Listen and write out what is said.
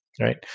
right